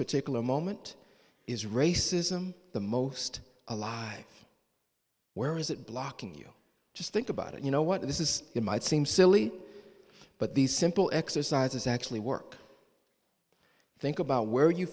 particular moment is racism the most alive where is it blocking you just think about it you know what this is it might seem silly but these simple exercises actually work think about where you